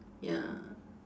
ya